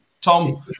Tom